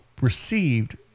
received